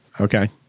Okay